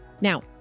Now